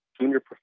junior